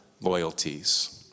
loyalties